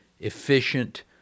efficient